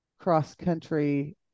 cross-country